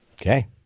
Okay